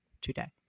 Today